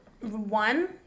One